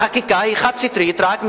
שהחקיקה היא חד-סטרית, רק מהקואליציה.